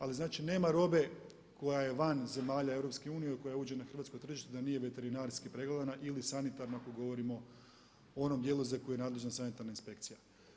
Ali znači nema robe koja je van zemalja EU i koja uđe na hrvatsko tržište da nije veterinarski pregledana ili sanitarno ako govorimo o onom djelu za koji je nadležna sanitarna inspekcija.